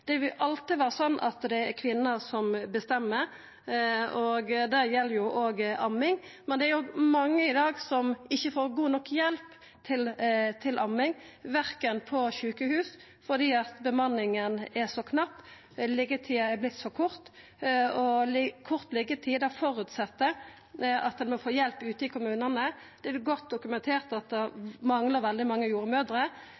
Det vil alltid vera slik at det er kvinna som bestemmer. Det gjeld òg amming. Men det er mange i dag som ikkje får god nok hjelp til amming på sjukehuset, fordi bemanninga er så knapp, og liggjetida er vorten så kort. Kort liggjetid føreset at ein må få hjelp ute i kommunane. Det er godt dokumentert at det